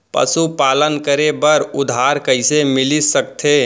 पशुपालन करे बर उधार कइसे मिलिस सकथे?